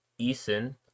Eason